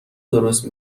درست